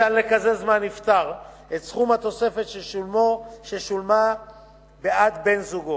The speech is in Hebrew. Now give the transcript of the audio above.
אין אפשרות לקזז מהנפטר את סכום התוספת ששולמה בעד בן-זוגו.